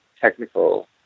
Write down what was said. technical